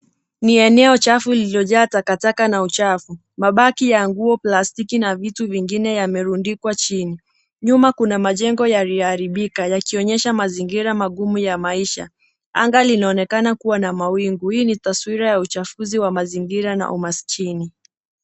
Ni eneo chafu lililojaa takataka na uchafu. Mabaki ya nguo, plastiki na vitu vingine yamerundikwa chini. Nyuma kuna majengo yaliyoharibika, yakionyesha mazingira magumu ya maisha. Anga linaonekana kuwa na mawingu. Hii ni taswira ya uchafuzi wa mazingira na umaskini.